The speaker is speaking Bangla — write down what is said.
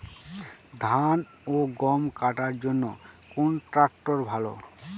ধান ও গম কাটার জন্য কোন ট্র্যাক্টর ভালো?